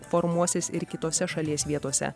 formuosis ir kituose šalies vietose